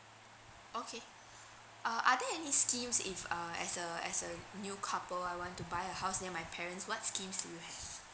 okay uh are there any schemes if uh as a as a new couple I want to buy a house near my parents what schemes do you have